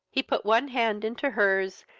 he put one hand into her's,